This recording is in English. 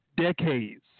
decades